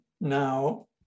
now